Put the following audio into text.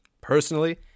Personally